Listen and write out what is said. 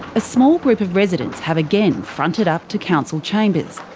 a small group of residents have again fronted up to council chambers.